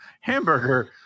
hamburger